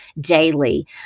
daily